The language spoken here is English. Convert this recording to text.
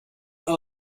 and